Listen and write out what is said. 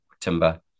timber